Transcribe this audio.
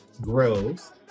grows